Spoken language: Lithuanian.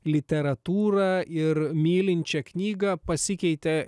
literatūrą ir mylinčią knygą pasikeitė